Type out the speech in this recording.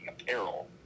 apparel